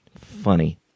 Funny